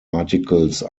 articles